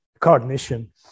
cognition